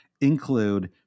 include